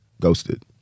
Ghosted